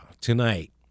Tonight